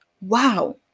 wow